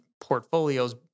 portfolios